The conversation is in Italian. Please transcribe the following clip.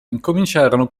incominciarono